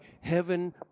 heaven